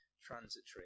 transitory